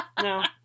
No